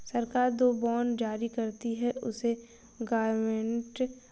सरकार जो बॉन्ड जारी करती है, उसे गवर्नमेंट बॉन्ड कहते हैं